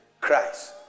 Christ